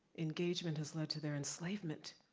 engagement has led to their enslavement,